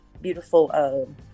beautiful